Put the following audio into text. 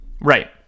Right